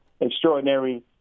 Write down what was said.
extraordinary